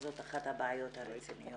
זאת אחת הבעיות הרציניות.